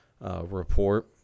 report